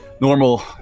normal